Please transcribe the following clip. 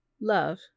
Love